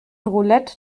roulette